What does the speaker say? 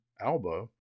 Alba